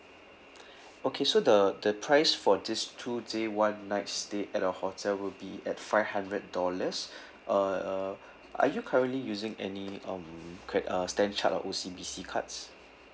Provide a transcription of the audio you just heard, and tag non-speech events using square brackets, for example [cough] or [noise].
[breath] okay so the the price for these two day one night stay at the hotel will be at five hundred dollars [breath] uh are you currently using any um cre~ uh stand chart or O_C_B_C cards